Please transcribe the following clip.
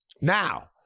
Now